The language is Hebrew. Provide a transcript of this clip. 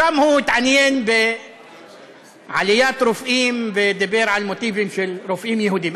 שם הוא התעניין בעליית רופאים ודיבר על מוטיבים של רופאים יהודים.